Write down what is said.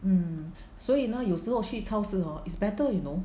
mm 所以呢有时候去超市 hor is better you know